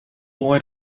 boy